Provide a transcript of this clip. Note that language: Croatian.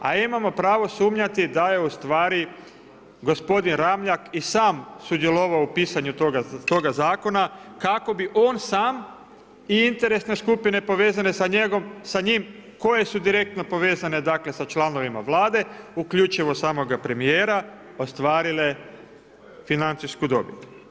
A imamo pravo sumnjati da je ustvari, gospodin Ramljak i sam sudjelovao u pisanju toga zakona kako bi on sam i interesne skupine povezane sa njim koje su direktno povezane dakle, sa članovima Vlade, uključivo i samoga premjera, ostvarile financijsku dobit.